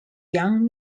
yang